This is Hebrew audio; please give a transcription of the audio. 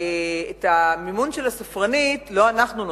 את המימון של הספרנית לא אנחנו נותנים,